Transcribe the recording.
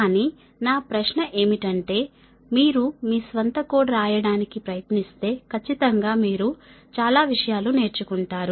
కానీ నా ప్రశ్న ఏమిటంటే మీరు మీ స్వంత కోడ్ రాయడానికి ప్రయత్నిస్తే ఖచ్చితంగా మీరు చాలా విషయాలు నేర్చుకుంటారు